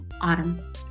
Autumn